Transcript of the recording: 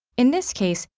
in this case,